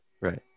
Right